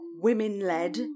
women-led